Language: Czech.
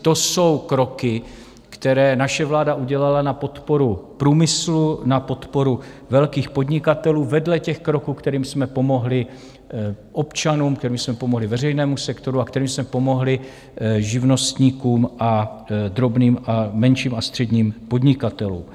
To jsou kroky, které naše vláda udělala na podporu průmyslu, na podporu velkých podnikatelů vedle těch kroků, kterými jsme pomohli občanům, kterými jsme pomohli veřejnému sektoru a kterými jsme pomohli živnostníkům a drobným a menším a středním podnikatelům.